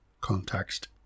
context